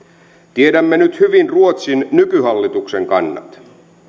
tiedämme nyt hyvin ruotsin nykyhallituksen kannat